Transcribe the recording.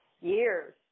years